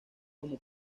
como